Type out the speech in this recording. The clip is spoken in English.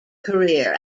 career